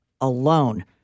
alone